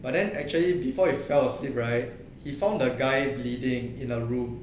but then actually before he fell asleep right he found the guy bleeding in a room